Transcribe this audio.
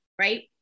right